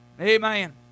Amen